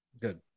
good